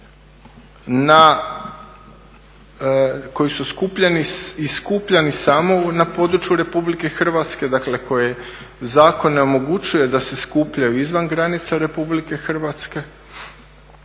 i skupljani samo na području Republike Hrvatske dakle koje zakon ne omogućuje da se skupljaju izvan granica Republike Hrvatske.